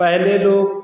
पहले लोग